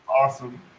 awesome